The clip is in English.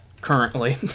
Currently